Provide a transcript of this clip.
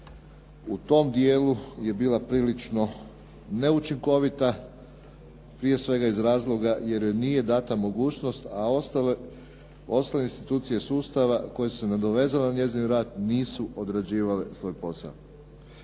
u tom dijelu je bila prilično neučinkovita prije svega iz razloga jer joj nije data mogućnost a ostale institucije sustava koje su se nadovezale na njezin rad nisu odrađivale svoj posao.